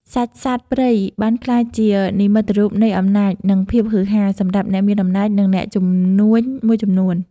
សាច់សត្វព្រៃបានក្លាយជា "និមិត្តរូបនៃអំណាច" និង "ភាពហ៊ឺហា" សម្រាប់អ្នកមានអំណាច និងអ្នកជំនួញមួយចំនួន។